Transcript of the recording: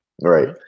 right